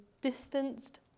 distanced